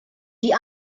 die